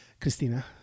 Christina